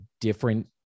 different